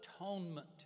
atonement